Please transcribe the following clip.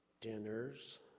dinners